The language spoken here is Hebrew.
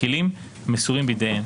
בכלים המסורים בידיהן.